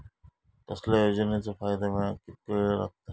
कसल्याय योजनेचो फायदो मेळाक कितको वेळ लागत?